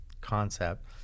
concept